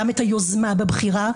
גם את היוזמה בבחירה,